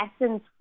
essence